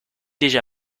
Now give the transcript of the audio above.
déjà